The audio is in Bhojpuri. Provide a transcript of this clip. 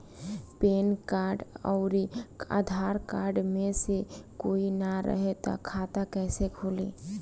पैन कार्ड आउर आधार कार्ड मे से कोई ना रहे त खाता कैसे खुली?